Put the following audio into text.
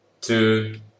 two